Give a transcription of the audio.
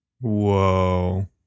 Whoa